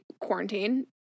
quarantine